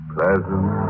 Pleasant